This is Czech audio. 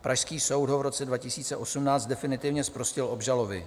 Pražský soud ho v roce 2018 definitivně zprostil obžaloby.